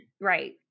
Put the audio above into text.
Right